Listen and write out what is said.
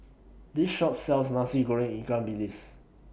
This Shop sells Nasi Goreng Ikan Bilis